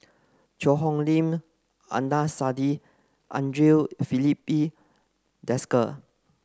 Cheang Hong Lim Adnan Saidi Andre Filipe Desker